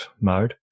mode